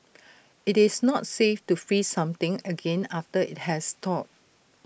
IT is not safe to freeze something again after IT has thawed